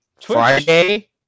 Friday